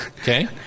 Okay